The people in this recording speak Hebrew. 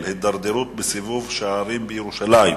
פנים ביום י"ז באדר התש"ע (3 במרס